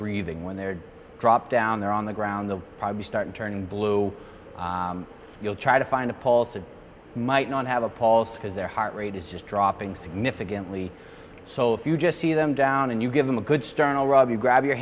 breathing when they're dropped down there on the ground the problem started turning blue you'll try to find a pulse or might not have a paul scholes their heart rate is just dropping significantly so if you just see them down and you give them a good sternal rob you grab your